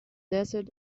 desert